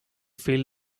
feel